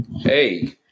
Hey